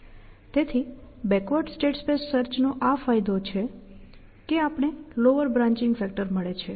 તેથી backward state space સર્ચનો આ ફાયદો છે કે આપણને નીચું બ્રાંન્ચિંગ ફેક્ટર મળે છે